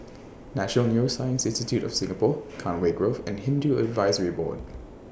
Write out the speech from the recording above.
National Neuroscience Institute of Singapore Conway Grove and Hindu Advisory Board